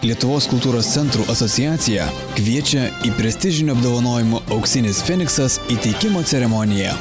lietuvos kultūros centrų asociacija kviečia į prestižinio apdovanojimo auksinis feniksas įteikimo ceremoniją